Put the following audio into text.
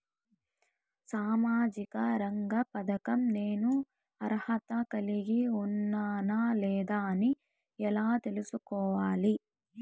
సామాజిక రంగ పథకం నేను అర్హత కలిగి ఉన్నానా లేదా అని ఎలా తెల్సుకోవాలి?